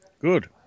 good